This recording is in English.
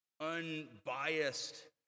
unbiased